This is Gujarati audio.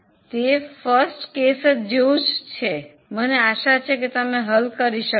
તે પ્રથમ કેસ જેવું જ છે મને આશા છે કે તમે હલ કેરી શકશો